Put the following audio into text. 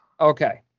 Okay